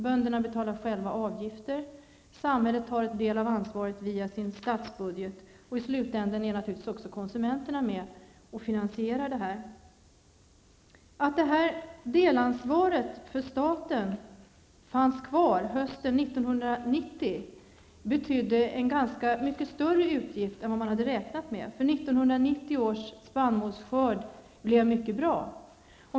Bönderna betalar själva avgifter, samhället tar en del av ansvaret via sin statsbudget och i slutändan är naturligtvis också konsumenterna med och finansierar det hela. betydde en rätt mycket större utgift än vad man hade räknat med, för 1990 års spannmålsskörd blev mycket bra.